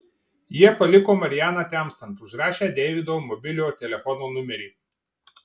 jie paliko marianą temstant užrašę deivido mobiliojo telefono numerį